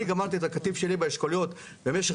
אני גמרתי את הקטיף שלי באשכוליות במשך